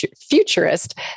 futurist